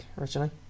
Originally